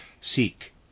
seek